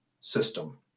system